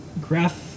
Graph